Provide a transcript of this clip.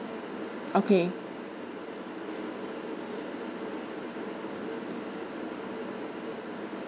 okay